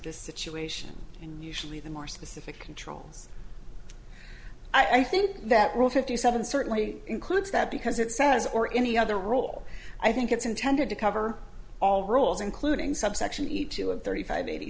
this situation and usually the more specific controls i think that rule fifty seven certainly includes that because it says or any other rule i think it's intended to cover all rules including subsection to a thirty five eighty